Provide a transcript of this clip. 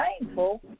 painful